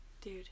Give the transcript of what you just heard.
dude